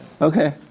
Okay